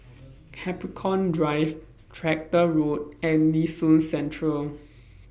Capricorn Drive Tractor Road and Nee Soon Central